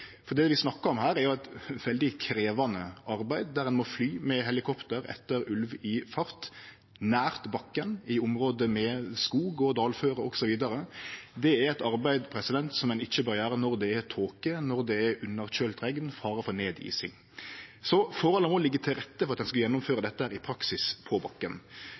Det vi snakkar om her, er eit veldig krevjande arbeid der ein må fly med helikopter etter ulv i fart nært bakken i område med skog, dalføre osv. Det er eit arbeid ein ikkje bør gjere når det er tåke, underkjølt regn, fare for nedising. Forholda må liggje til rette for at ein skal gjennomføre dette i praksis på bakken.